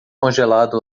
congelado